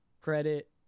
Credit